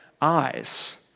eyes